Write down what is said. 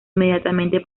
inmediatamente